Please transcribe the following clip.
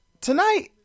Tonight